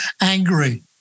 angry